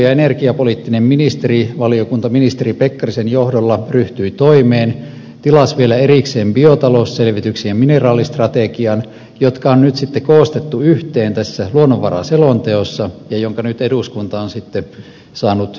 ilmasto ja energiapoliittinen ministerivaliokunta ministeri pekkarisen johdolla ryhtyi toimeen tilasi vielä erikseen biotalousselvityksen ja mineraalistrategian jotka on nyt sitten koostettu yhteen tässä luonnonvaraselonteossa jonka nyt eduskunta on sitten saanut käsiteltyä